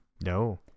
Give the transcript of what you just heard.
No